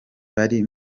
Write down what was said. bari